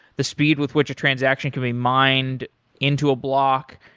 the speed with which a transaction could be mined into a block,